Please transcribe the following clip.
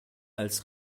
als